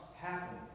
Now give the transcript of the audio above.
Happen